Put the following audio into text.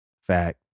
fact